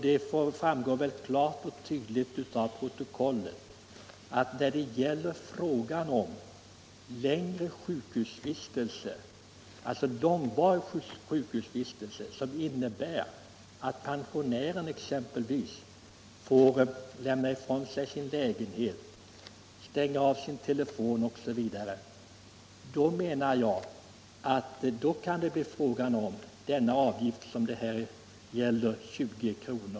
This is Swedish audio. Det kommer säkerligen att framgå klart av protokollet vad jag avsett. När det gäller en så långvarig sjukhusvistelse att pensionären bör lämna ifrån sig sin lägenhet och säga upp sitt telefonabonnemang, anser jag att det kan vara rimligt att ta ut denna avgift på 20 kr.